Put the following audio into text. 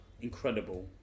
incredible